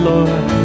Lord